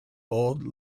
old